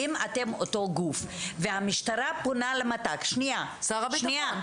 אם אתם אותו גוף והמשטרה פונה למת"ק --- שר הביטחון.